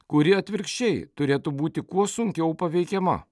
kuri atvirkščiai turėtų būti kuo sunkiau paveikiama